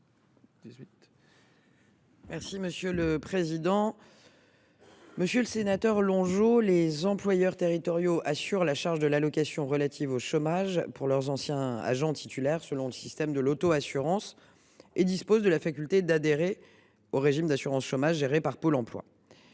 Mme la ministre déléguée. Monsieur le sénateur Longeot, les employeurs territoriaux assurent la charge de l’allocation relative au chômage pour leurs anciens agents titulaires selon le système de l’auto assurance et disposent de la faculté d’adhérer au régime d’assurance chômage géré par Pôle emploi